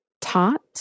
taught